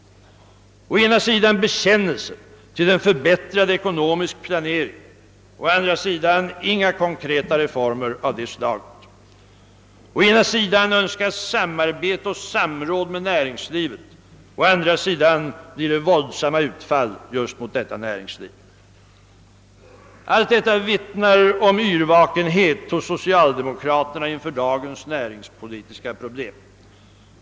Å ena sidan bekännelse till en förbättrad ekonomisk planering — å andra sidan inga konkreta reformer av det slaget. Å ena sidan önskas samarbete och samråd med näringslivet — å andra sidan blir det våldsamma utfall just mot detta näringsliv. Allt detta vittnar om yrvakenhet hos socialdemokraterna inför dagens näringspolitiska problem.